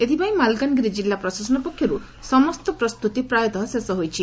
ଏଥିପାଇଁ ମାଲକାନଗିରି ଜିଲ୍ଲୁ ପ୍ରଶାସନ ପକ୍ଷରୁ ସମସ୍ତ ପ୍ରସ୍ତୁତି ପ୍ରାୟତଃ ଶେଷ ହୋଇଛି